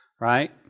right